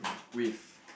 with